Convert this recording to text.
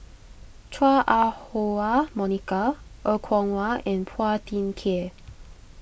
Chua Ah Huwa Monica Er Kwong Wah and Phua Thin Kiay